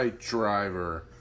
driver